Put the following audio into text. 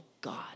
God